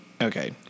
Okay